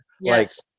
Yes